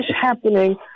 happening